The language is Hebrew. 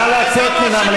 אתם עקרתם יהודים,